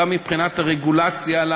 וגם מבחינת הרגולציה על